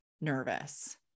nervous